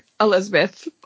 Elizabeth